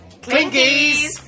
Clinkies